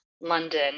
London